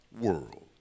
world